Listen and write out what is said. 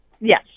Yes